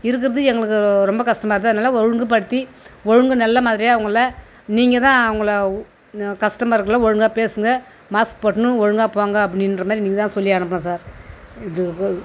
இருக்கிறது எங்களுக்கு ரொம்ப கஷ்டமாக இருந்தது அதனால் ஒழுங்குப்படுத்தி ஒழுங்கு நல்ல மாதிரியாக அவங்கள நீங்கள் தான் அவங்கள உ கஸ்டமர்கிட்டலாம் ஒழுங்காக பேசுங்க மாஸ்க் போட்டுன்னு ஒழுங்காக போங்க அப்படின்ற மாரி நீங்கள் தான் சொல்லி அனுப்பணும் சார் இது போதும்